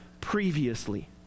previously